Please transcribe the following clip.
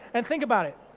and think about it.